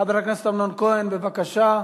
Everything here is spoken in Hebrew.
חבר הכנסת אמנון כהן, בבקשה.